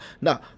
Now